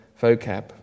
vocab